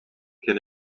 can